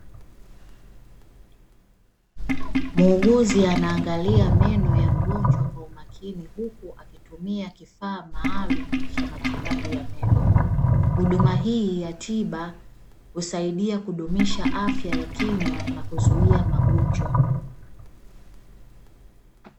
Muuguzi anaangalia meno ya mgonjwa kwa umakini huku akitumia kifaa maalumu cha matibabu ya meno. Huduma hii ya tiba husaidia kudumisha afya ya kinywa na kuzuia magonjwa.